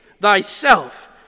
thyself